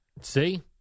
See